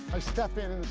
i step in